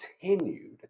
continued